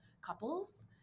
couples